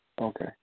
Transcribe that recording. Okay